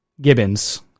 gibbons